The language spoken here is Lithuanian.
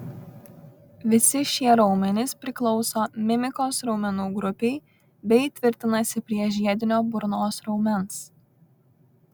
visi šie raumenys priklauso mimikos raumenų grupei bei tvirtinasi prie žiedinio burnos raumens